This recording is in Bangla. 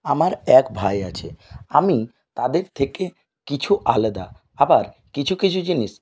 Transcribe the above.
আমার এক ভাই আছে আমি তাদের থেকে কিছু আলাদা আবার কিছু কিছু জিনিস